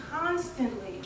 constantly